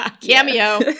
cameo